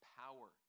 power